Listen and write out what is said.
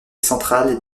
centrale